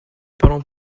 parlons